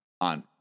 on